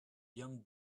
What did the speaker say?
young